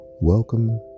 welcome